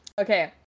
Okay